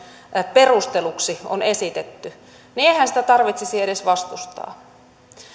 perusteluksi on esitetty niin eihän sitä tarvitsisi edes vastustaa